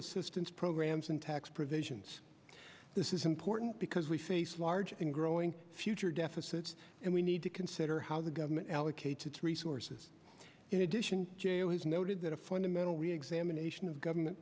assistance programs and tax provisions this is important because we face large and growing future deficits and we need to consider how the government allocated to resources in addition to his noted that a fundamental reexamination of government